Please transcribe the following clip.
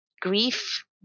Grief